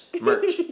Merch